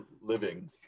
living